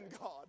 God